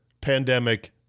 pandemic